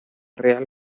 real